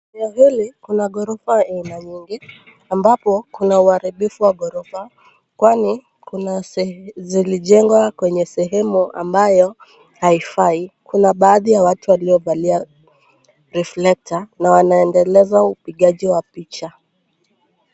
Eneo hili kuna ghorofa aina nyingi ambapo kuna uharibifu wa ghorofa, kwani kuna sehemu zilijengwa kwenye sehemu ambayo haifai. Kuna baadhi ya watu ambao wamevalia reflector na wanaendeleza upigaji wa picha.